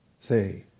Say